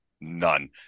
None